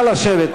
נא לשבת.